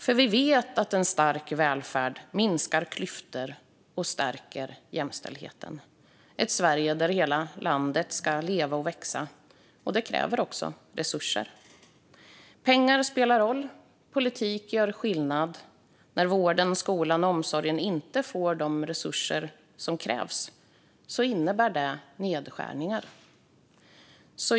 Vi vet nämligen att en stark välfärd minskar klyftorna och stärker jämställdheten. Hela Sverige ska leva och växa, och det kräver resurser. Pengar spelar roll. Politik gör skillnad. När vården, skolan och omsorgen inte får de resurser som krävs innebär det nedskärningar.